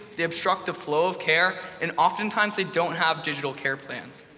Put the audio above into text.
they obstruct the flow of care, and oftentimes, they don't have digital care plans.